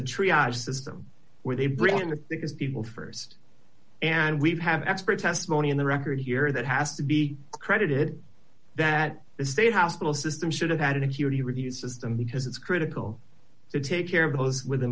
triage system where they bring in the things people st and we've have expert testimony in the record here that has to be credited that the state hospital system should have had an acuity review system because it's critical to take care of those with the